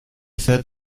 said